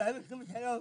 כמעט 30 שנה.